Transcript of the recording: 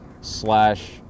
slash